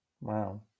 Wow